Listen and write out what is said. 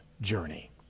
journey